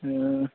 ए